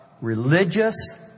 religious